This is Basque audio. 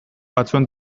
batzuen